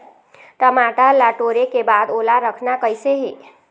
टमाटर ला टोरे के बाद ओला रखना कइसे हे?